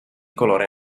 colore